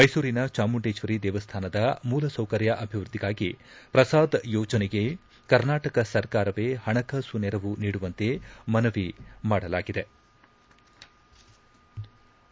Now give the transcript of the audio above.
ಮೈಸೂರಿನ ಚಾಮುಂಡೇಶ್ವರಿ ದೇವಸ್ಥಾನದ ಮೂಲಸೌಕರ್ಯ ಅಭಿವೃದ್ದಿಗಾಗಿ ಪ್ರಸಾದ್ ಯೋಜನೆಗೆ ಕರ್ನಾಟಕ ಸರ್ಕಾರಕ್ಕೆ ಪಣಕಾಸು ನೆರವು ನೀಡುವಂತೆ ಮನವಿ ಮಾಡಲಾಯಿತು